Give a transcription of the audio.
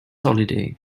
holiday